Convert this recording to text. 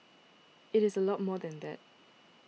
it is a lot more than that